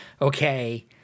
okay